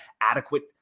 adequate